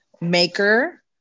maker